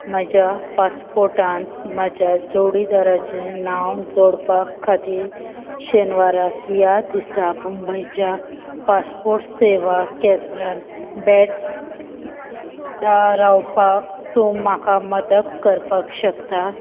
म्हज्या पासपोर्टांत म्हज्या जोडीदाराचें नांव जोडपा खातीर शेनवाराक ह्या दिसा मुंबयच्या पासपोर्ट सेवा केंद्र बॅट दा रावपाक तूं म्हाका मदत करपाक शकता